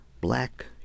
black